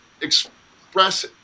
express